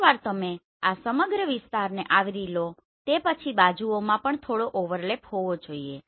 એકવાર તમે આ સમગ્ર વિસ્તારને આવરી લો તે પછી બાજુઓમાં પણ થોડો ઓવરલેપ હોવો જોઈએ